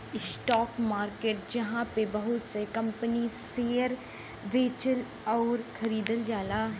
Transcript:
stock market जहाँ पे बहुत सा कंपनी क शेयर बेचल आउर खरीदल जाला